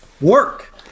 work